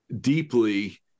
deeply